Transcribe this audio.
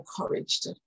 encouraged